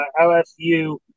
LSU